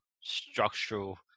structural